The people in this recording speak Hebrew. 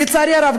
לצערי הרב,